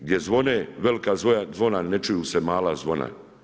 Gdje zvone velika zvona, ne čuju se mala zvona.